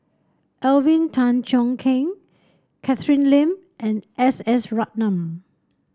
Alvin Tan Cheong Kheng Catherine Lim and S S Ratnam